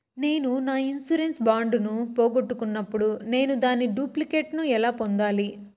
నేను నా insurance bond ను పోగొట్టుకున్నప్పుడు నేను దాని డూప్లికేట్ ను ఎలా పొందాలి?